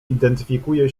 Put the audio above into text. identyfikuje